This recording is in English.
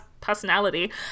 personality